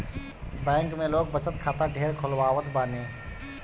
bank में लोग बचत खाता ढेर खोलवावत बाने